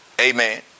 amen